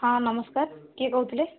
ହଁ ନମସ୍କାର୍ କିଏ କହୁଥିଲେ